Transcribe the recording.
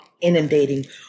inundating